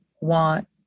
want